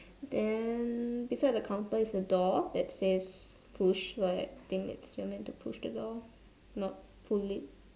then beside the counter is a door that says push but I think you're meant to pull not push